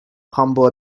humble